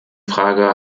frage